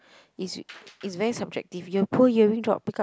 is you is very subjective your poor earring drop pick up